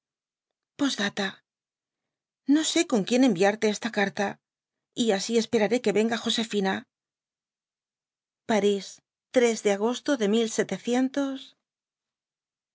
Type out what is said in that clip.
no sé con quien enviarte esta caru y wí esperm é que venga josefina parís de agosto de